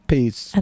Peace